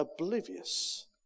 oblivious